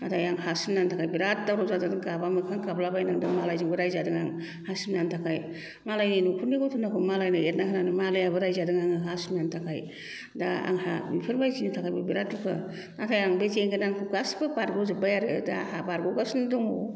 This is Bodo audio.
नाथाय आं हा सिमनानि थाखाय बिराद दावराव जाजाना गाबा मोखां गाबलाबायनांदों मालायजोंबो रायजादों आं हा सिमनानि थाखाय मालाय नखरनि गथनाखौ मालायनो एरना होनानै मालायाबो रायजादों आङो हा सिमनानि थाखाय दा आंहा बेफोरबायदिनि थाखायबो बिराद दुखु नाथाय आं बे जेंना गासिखौबो बारगजोब्बाय आरो दा आंहा बारग' गासिनो दङ